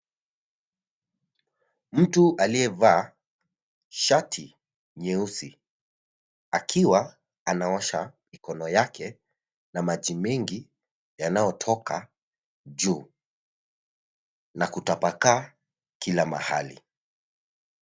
Mtu aliyevaa shati nyeusi akiwa anaosha mikono yake na maji mengi yanaotoka juu, na kutapakaa kila mahali.